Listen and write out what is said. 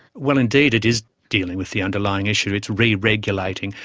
well, indeed it is dealing with the underlying issue, it's re-regulating,